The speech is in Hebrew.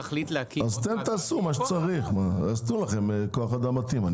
אתם תעשו מה שצריך, אז יתנו לכם כוח אדם מתאים.